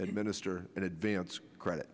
administer in advance credit